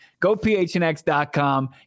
gophnx.com